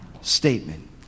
statement